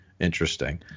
interesting